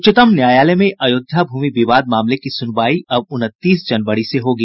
उच्चतम न्यायालय में अयोध्या भूमि विवाद मामले की सुनवाई अब उनतीस जनवरी से होगी